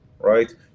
right